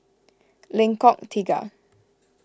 Lengkok Tiga